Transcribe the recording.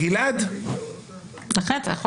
שולטת הגישה המוניסטית שאומרת שאמנות,